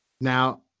Now